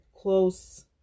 close